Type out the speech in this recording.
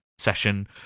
session